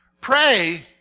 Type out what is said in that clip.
pray